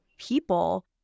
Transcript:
people